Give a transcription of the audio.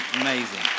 Amazing